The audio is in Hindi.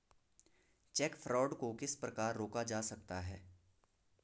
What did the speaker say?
चेक फ्रॉड को किस प्रकार रोका जा सकता है?